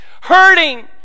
hurting